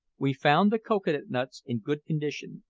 we found the cocoa-nuts in good condition,